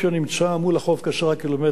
כ-10 קילומטר מול חדרה.